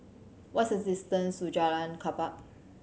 what is distance to Jalan Klapa